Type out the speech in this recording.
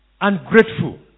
ungrateful